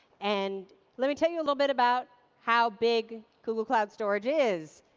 and let me tell you a little bit about how big google cloud storage is.